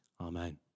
Amen